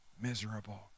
miserable